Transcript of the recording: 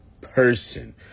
person